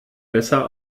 besser